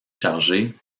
chargé